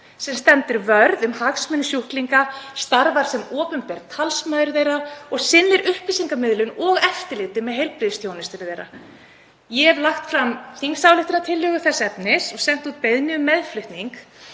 sem stendur vörð um hagsmuni sjúklinga, starfar sem opinber talsmaður þeirra og sinnir upplýsingamiðlun og eftirliti með heilbrigðisþjónustu þeirra. Ég hef lagt fram þingsályktunartillögu þess efnis og sent út beiðni um meðflutning.